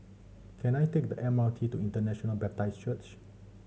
can I take the M R T to International Baptist Church